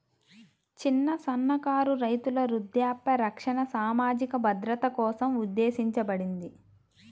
చిన్న, సన్నకారు రైతుల వృద్ధాప్య రక్షణ సామాజిక భద్రత కోసం ఉద్దేశించబడింది